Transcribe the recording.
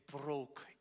broke